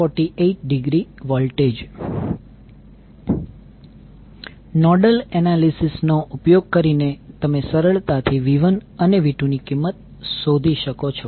48°V nodal analysis નો ઉપયોગ કરીને તમે સરળતાથી V1 અને V2ની કિંમત શોધી શકો છો